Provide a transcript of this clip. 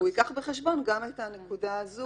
והוא ייקח בחשבון גם את הנקודה הזו.